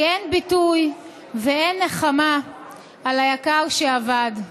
כי אין ביטוי ואין נחמה על היקר שאבד.